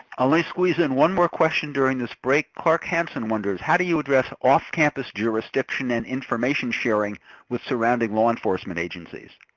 ah let me squeeze in one more question during this break. clark hanson wonders, how do you address off-campus jurisdiction and information sharing with surrounding law enforcement agencies?